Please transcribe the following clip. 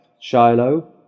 Shiloh